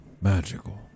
magical